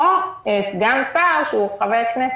2(ו), הסעיף יימחק